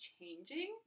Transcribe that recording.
changing